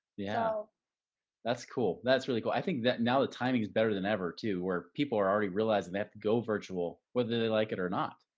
yeah. that's cool. that's really cool. i think that now the timing is better than ever to where people are already realizing they have to go virtual. whether they like it or not.